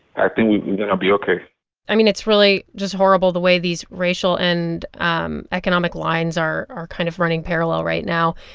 i think we're going to be ok i mean, it's really just horrible the way these racial and um economic lines are are kind of running parallel right now.